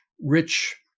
Rich